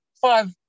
five